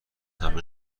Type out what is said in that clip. همه